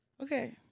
Okay